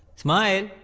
smile